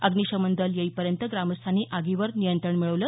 अग्निशमन दल येईपर्यंत ग्रामस्थांनी आगीवर नियंत्रण मिळवलं